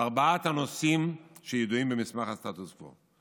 ארבעת הנושאים שידועים במסמך הסטטוס קוו.